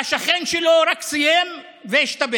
והשכן שלו רק סיים והשתבץ.